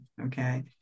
Okay